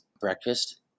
breakfast